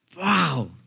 wow